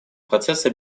процесса